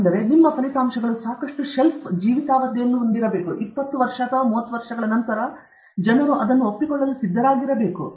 ಆದ್ದರಿಂದ ನಿಮ್ಮ ಫಲಿತಾಂಶಗಳು ಸಾಕಷ್ಟು ಶೆಲ್ಫ್ ಜೀವಿತಾವಧಿಯನ್ನು ಹೊಂದಿದ್ದು 20 ವರ್ಷ ಅಥವಾ 30 ವರ್ಷಗಳ ನಂತರ ಜನರು ಅದನ್ನು ಒಪ್ಪಿಕೊಳ್ಳಲು ಸಿದ್ಧರಾಗಿ ಇರಬೇಕು